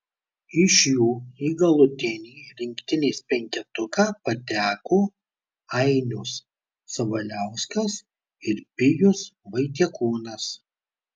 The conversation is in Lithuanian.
iš jų į galutinį rinktinės penketuką pateko ainius sabaliauskas ir pijus vaitiekūnas